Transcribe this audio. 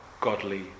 godly